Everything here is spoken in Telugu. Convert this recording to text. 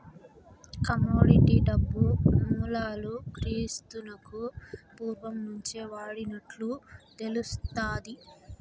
కమోడిటీ డబ్బు మూలాలు క్రీస్తునకు పూర్వం నుంచే వాడినట్లు తెలుస్తాది